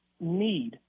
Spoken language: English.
need